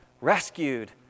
rescued